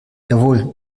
jawohl